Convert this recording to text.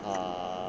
err